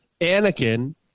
Anakin